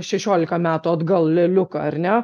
šešiolika metų atgal leliuką ar ne